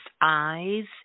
eyes